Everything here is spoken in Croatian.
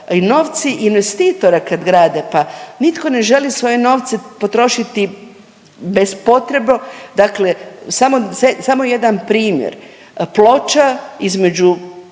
i novci investitora kad grade pa, nitko ne želi svoje novce potrošiti bez potrebo, dakle samo jedan primjer. Ploča između,